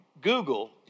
Google